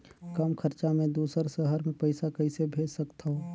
कम खरचा मे दुसर शहर मे पईसा कइसे भेज सकथव?